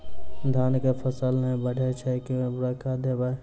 धान कऽ फसल नै बढ़य छै केँ उर्वरक देबै?